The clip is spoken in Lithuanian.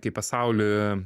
kai pasaulį